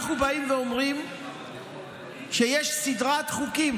אנחנו אומרים שיש סדרת חוקים